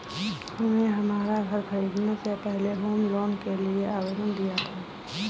हमने हमारा घर खरीदने से पहले होम लोन के लिए आवेदन किया था